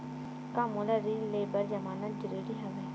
का मोला ऋण ले बर जमानत जरूरी हवय?